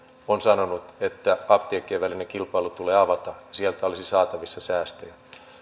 on sanonut että apteekkien välinen kilpailu tulee avata ja sieltä olisi saatavissa säästöjä